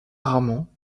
rarement